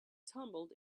tumbled